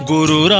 Guru